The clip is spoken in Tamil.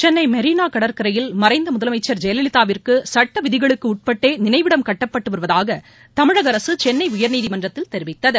சென்னை மெரினா கடற்கரையில் மறைந்த முதலமைச்சர் ஜெயலலிதாவிற்கு சட்ட விதிகளுக்கு உட்பட்டே நினைவிடம் கட்டப்பட்டு வருவதாக தமிழக அரசு சென்னை உயர்நீதிமன்றத்தில் தெரிவித்தது